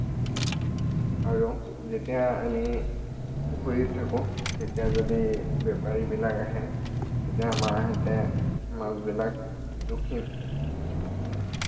আৰু যেতিয়া আমি পুখুৰীত থাকোঁ তেতিয়া যদি বেপাৰীবিলাক আহে তেতিয়া মাহঁতে মাছবিলাক জুখি